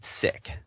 sick